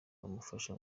bamufasha